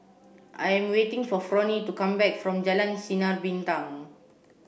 I'm waiting for Fronie to come back from Jalan Sinar Bintang